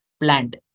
plant